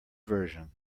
version